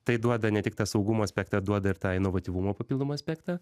tai duoda ne tik tas saugumo aspektą duoda ir tą inovatyvumo papildomą aspektą